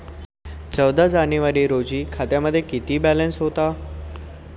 चौदा जानेवारी रोजी खात्यामध्ये किती बॅलन्स होता?